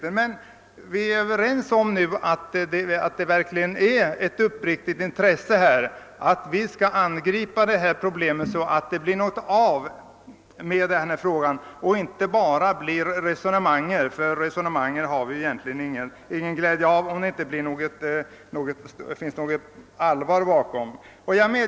Vi är emellertid nu överens om att det verkligen är angeläget att angripa dessa problem, så att det kan bli konkreta resultat av intresset härför och så att det inte bara stannar vid resonemang. Sådana har vi ingen glädje av om det inte ligger allvar bakom.